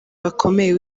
bakomeye